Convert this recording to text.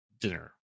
dinner